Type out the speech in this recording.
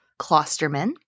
Klosterman